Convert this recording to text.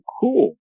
cool